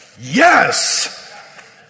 yes